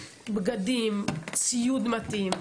בגדים, ציוד מתאים,